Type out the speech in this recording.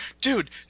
dude